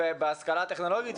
בהשכלה הטכנולוגית,